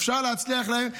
אפשר להצליח גם עליהם,